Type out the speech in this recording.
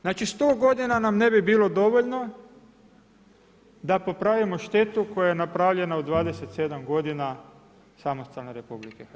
Znači, 100 godina nam ne bi bilo dovoljno da popravimo štetu koja je napravljena u 27 godina samostalne RH.